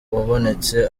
wabonetse